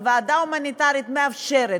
והוועדה ההומניטרית מאפשרת.